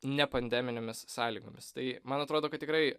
ne pandeminėmis sąlygomis tai man atrodo kad tikrai